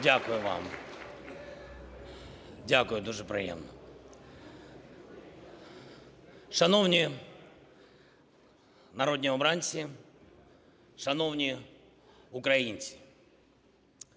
Дякую вам. Дякую, дуже приємно. Шановні народні обранці, шановні українці,